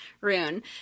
rune